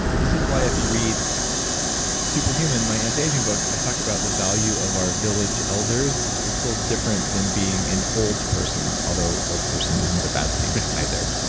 this is why if you read super human, my anti-aging book, i talk about the value of our village elders. it's a little different than being an old person, although old person isn't a bad thing either.